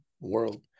world